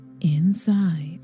inside